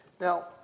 Now